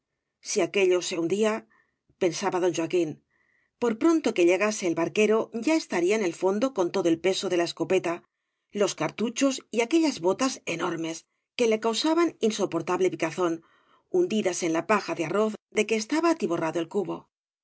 si aquello se hundía pensaba don joaquín por pronto que llegase el barquero ya estaría en el fondo con todo el peso de la escopeta los cartuchos y aquellas botas enormes que le causaban insoportable picazón hundidas en la paja de arroz de que estaba atiborrado el cubo